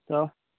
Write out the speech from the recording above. तऽ